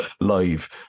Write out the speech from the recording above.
live